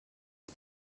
ils